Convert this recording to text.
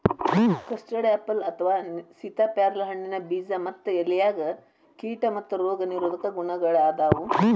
custard apple ಅಥವಾ ಸೇತಾಪ್ಯಾರಲ ಹಣ್ಣಿನ ಬೇಜ ಮತ್ತ ಎಲೆಯಾಗ ಕೇಟಾ ಮತ್ತ ರೋಗ ನಿರೋಧಕ ಗುಣಗಳಾದಾವು